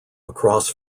across